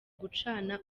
gucana